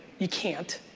you can't.